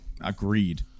Agreed